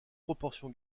proportion